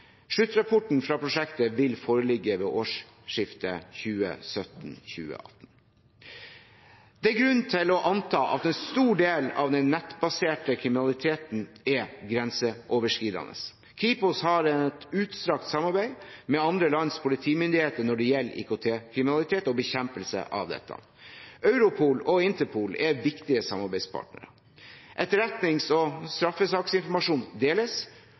Sluttrapporten fra prosjektet vil foreligge ved årsskiftet 2017–2018. Det er grunn til å anta at en stor del av den nettbaserte kriminaliteten er grenseoverskridende. Kripos har et utstrakt samarbeid med andre lands politimyndigheter når det gjelder IKT-kriminalitet og bekjempelse av det. Europol og Interpol er viktige samarbeidspartnere. Etterretnings- og straffesaksinformasjon deles,